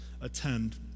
attend